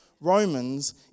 Romans